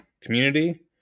community